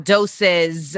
Doses